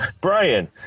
brian